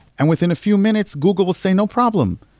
and within a few minutes, google will say, no problem.